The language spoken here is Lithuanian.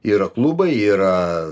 yra klubai yra